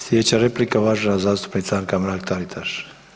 Sljedeća replika uvažena zastupnica Anka Mrak Taritaš.